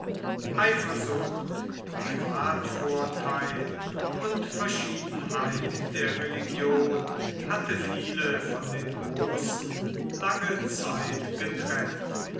eifersucht privatvortheil und verschiedenheit der religion hatte viele von den großen lange zeit getrennt